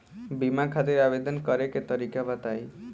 बीमा खातिर आवेदन करे के तरीका बताई?